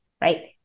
right